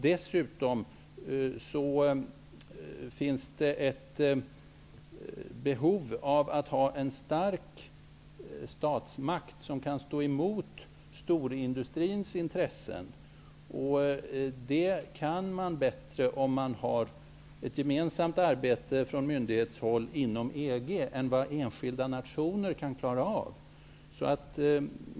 Dessutom finns det ett behov av en stark statsmakt, som kan stå emot storindustrins intressen. Och det går bättre för länder med myndigheter som arbetar gemensamt inom EG än för enskilda nationer.